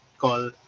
call